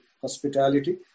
hospitality